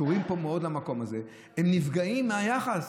קשורים פה מאוד למקום הזה, הם נפגעים מהיחס.